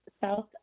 south